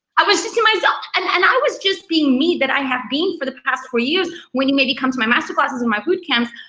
i was just in my zone. and and i was just being me that i have been for the past four years, when you maybe come to my master classes and my boot camps.